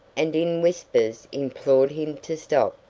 and in whispers implored him to stop,